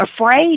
afraid